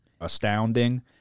astounding